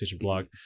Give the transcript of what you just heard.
blog